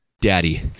Daddy